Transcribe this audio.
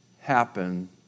happen